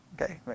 Okay